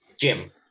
Jim